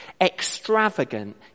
extravagant